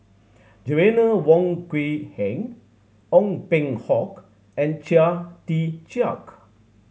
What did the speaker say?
Joanna Wong Quee Heng Ong Peng Hock and Chia Tee Chiak